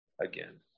again